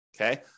okay